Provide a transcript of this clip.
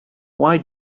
why